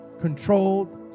Controlled